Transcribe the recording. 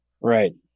Right